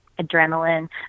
adrenaline